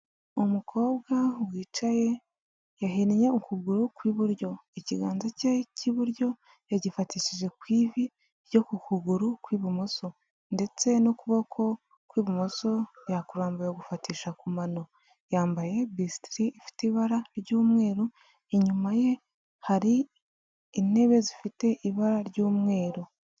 Umukobwa wicaye yahinnye ukuguru kw'iburyo ikiganza cye cy'iburyo yagifatishije ku ivi ryo ku kuguru kw'ibumoso ndetse n'ukuboko kw'ibumoso yakurambiwe gufatisha ku mano, yambaye bisitiri ifite ibara ry'umweru inyuma ye hari intebe zifite ibara ry'umweru.